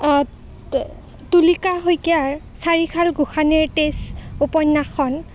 তুলিকা শইকীয়াৰ চাৰিশাল গোসাঁনীৰ তেজ উপন্যাসখন